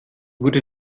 wurde